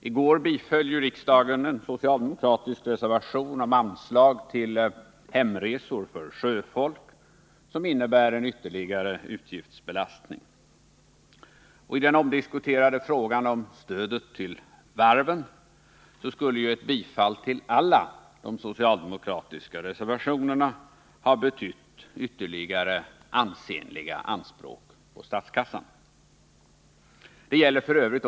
I går biföll riksdagen en socialdemokratisk reservation om anslag till hemresor för sjöfolk, som innebär en ytterligare utgiftsbelastning. I den omdiskuterade frågan om stödet till varven skulle ett bifall till alla de socialdemokratiska reservationerna ha betytt ytterligare ansenliga anspråk på statskassan. Det gäller f.ö.